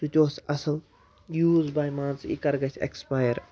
سُہ تہِ اوس اَصٕل یوٗز بَے مان ژٕ یہِ کَر گژھِ اٮ۪کٕسپایر